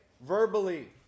verbally